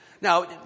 Now